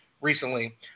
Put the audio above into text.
recently